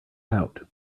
out